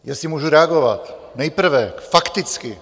Jestli můžu reagovat, nejprve fakticky.